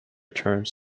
terms